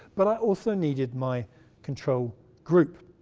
but i also needed my control group.